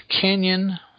Canyon